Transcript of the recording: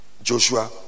Joshua